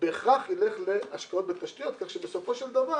בהכרח ילך להשקעות בתשתיות כך שבסופו של דבר